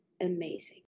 amazing